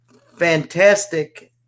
fantastic